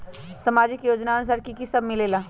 समाजिक योजनानुसार कि कि सब लाब मिलीला?